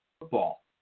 football